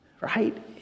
right